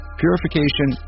purification